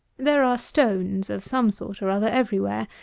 there are stones, of some sort or other, every-where,